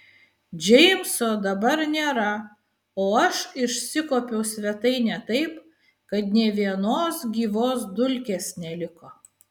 džeimso dabar nėra o aš išsikuopiau svetainę taip kad nė vienos gyvos dulkės neliko